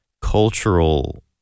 cultural